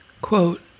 Quote